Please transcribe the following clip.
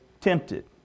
tempted